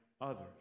others